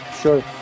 Sure